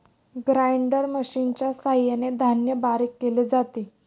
grinder मशिनच्या सहाय्याने धान्य बारीक केले जाते